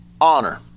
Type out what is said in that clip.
honor